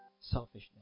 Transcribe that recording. selfishness